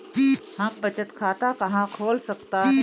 हम बचत खाता कहां खोल सकतानी?